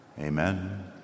Amen